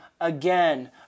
again